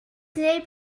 neb